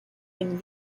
been